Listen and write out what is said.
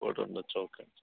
కోటి ఉండొచ్చా ఓకే